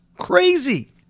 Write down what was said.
crazy